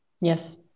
yes